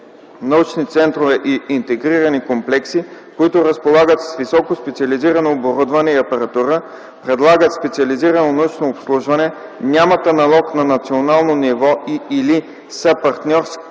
научни центрове и интегрирани комплекси, които разполагат с високоспециализирано оборудване и апаратура, предлагат специализирано научно обслужване, нямат аналог на национално ниво и/или са партньорска